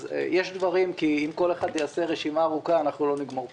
אם כל אחד יעשה רשימה ארוכה אנחנו לא נגמור פה.